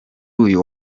uyu